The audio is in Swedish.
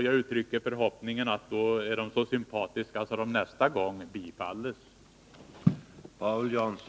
Jag uttrycker förhoppningen att de är så sympatiska att de nästa gång bifalls.